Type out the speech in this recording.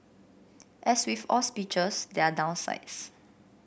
as with all speeches there are downsides